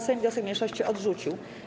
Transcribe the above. Sejm wniosek mniejszości odrzucił.